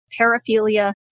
paraphilia